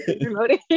promoting